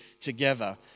together